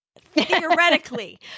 theoretically